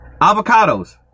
avocados